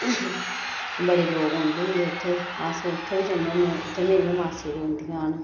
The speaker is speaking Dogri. बड़े लोग औंदे होंदे उत्थें अस उत्थें बी जन्ने होन्ने उत्थें मेरी मासी रौंह्दियां न